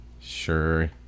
Sure